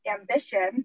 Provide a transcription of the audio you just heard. ambition